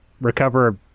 recover